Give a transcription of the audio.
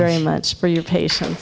very much for your patience